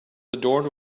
adorned